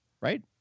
right